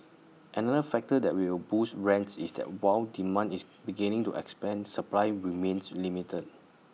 another factor that will boost rents is that while demand is beginning to expand supply remains limited